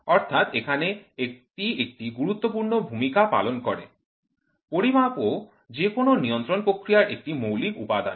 অর্থাৎ এখানে এটি একটি গুরুত্বপূর্ণ ভূমিকা পালন করে পরিমাপও যে কোনও নিয়ন্ত্রণ প্রক্রিয়ার একটি মৌলিক উপাদান